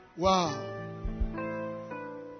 wow